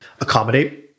accommodate